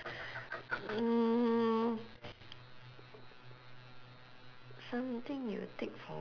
mm something you would take for